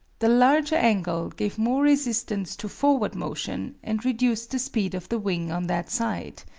the larger angle gave more resistance to forward motion, and reduced the speed of the wing on that side.